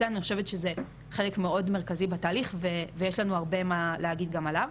אני חושבת שזה חלק מאד מרכזי בתהליך ויש לנו הרבה מה להגיד גם עליו.